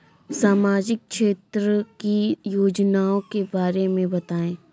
सामाजिक क्षेत्र की योजनाओं के बारे में बताएँ?